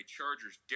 Chargers